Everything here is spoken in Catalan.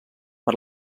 per